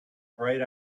bright